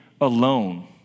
alone